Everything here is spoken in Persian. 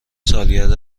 سالگرد